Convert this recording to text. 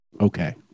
okay